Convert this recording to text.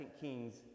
Kings